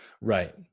Right